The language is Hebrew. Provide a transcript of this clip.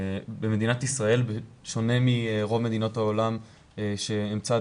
במדינת ישראל בשונה מרוב מדינות העולם שהן צד